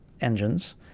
engines